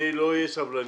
אני לא אהיה סבלני.